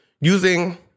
using